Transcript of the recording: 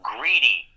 Greedy